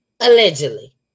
Allegedly